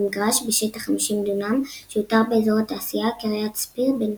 במגרש בשטח 50 דונם שאותר באזור התעשייה קריית ספיר בנתניה.